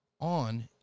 On